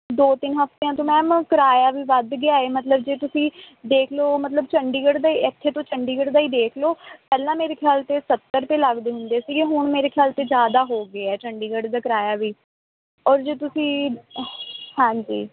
ਦੋ ਤਿੰਨ ਹਫਤਿਆਂ ਤੋਂ ਮੈਮ ਕਿਰਾਇਆ ਵੀ ਵੱਧ ਗਿਆ ਏ ਮਤਲਬ ਜੇ ਤੁਸੀਂ ਦੇਖ ਲਓ ਮਤਲਬ ਚੰਡੀਗੜ੍ਹ ਦੇ ਇੱਥੇ ਤੋਂ ਚੰਡੀਗੜ੍ਹ ਦਾ ਹੀ ਦੇਖ ਲਓ ਪਹਿਲਾਂ ਮੇਰੇ ਖਿਆਲ 'ਚ ਸੱਤਰ ਰੁਪਏ ਲੱਗਦੇ ਹੁੰਦੇ ਸੀਗੇ ਹੁਣ ਮੇਰੇ ਖਿਆਲ 'ਚ ਜ਼ਿਆਦਾ ਹੋ ਗਏ ਆ ਚੰਡੀਗੜ੍ਹ ਦਾ ਕਿਰਾਇਆ ਵੇ ਔਰ ਜੇ ਤੁਸੀਂ ਹਾਂਜੀ